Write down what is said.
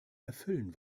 erfüllen